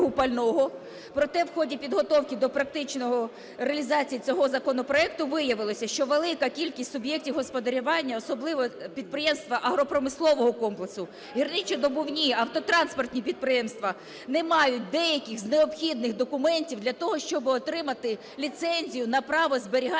Проте в ході підготовки до практичної реалізації цього законопроекту виявилося, що велика кількість суб’єктів господарювання, особливо підприємства агропромислового комплексу, гірничодобувні, автотранспортні підприємства не мають деяких з необхідних документів для того, щоби отримати ліцензію на право зберігання пального.